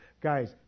Guys